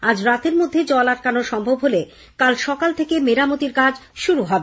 আজ রাতের মধ্যেই জল আটকানো সম্ভব হলে কাল সকাল থেকে মেরামতির কাজ শুরু হবে